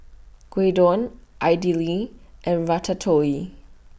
Gyudon Idili and Ratatouille